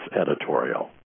editorial